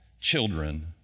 children